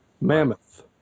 mammoth